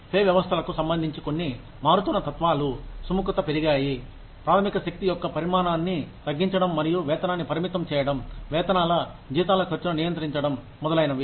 pay వ్యవస్థలకు సంబంధించి కొన్ని మారుతున్న తత్వాలు సుముఖత పెరిగాయి ప్రాథమిక శక్తి యొక్క పరిమాణాన్ని తగ్గించడం మరియు వేతనాన్ని పరిమితం చేయడం వేతనాల జీతాల ఖర్చును నియంత్రించడం మొదలైనవి